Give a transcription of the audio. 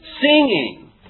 Singing